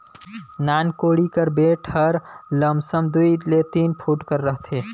नान कोड़ी कर बेठ हर लमसम दूई ले तीन फुट कर रहथे